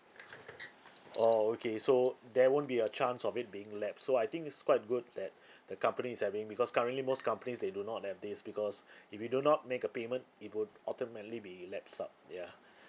oh okay so there won't be a chance of it being lapse so I think it's quite good that the company is having because currently most companies they do not have this because if you do not make a payment it would ultimately be lapsed up ya